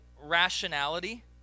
rationality